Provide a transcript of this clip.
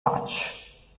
touch